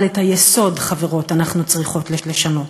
אבל את היסוד, חברות, אנחנו צריכות לשנות.